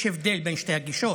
יש הבדל בין שתי הגישות.